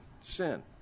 sin